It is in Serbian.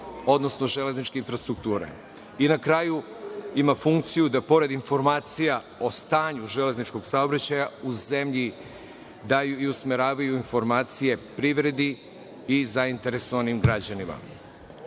odnosno železničke infrastrukture. Na kraju, ima funkciju da pored informacija o stanju železničkog saobraćaja, u zemlji, daju i usmeravaju informacije privredi i zainteresovanim građanima. Ono